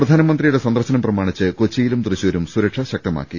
പ്രധാനമന്ത്രിയുടെ സന്ദർശനം പ്രമാണിച്ച് കൊച്ചിയിലും തൃശൂരും സുരക്ഷ ശക്തമാക്കി